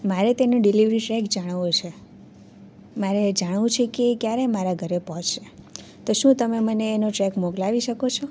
મારે તેનો ડિલિવરી શેક જાણવો છે મારે જાણવું છે એ ક્યારે મારા ઘરે પહોંચશે તો શું તમે મને એનો ચેક મોકલાવી શકો છો